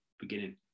beginning